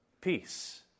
peace